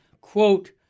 quote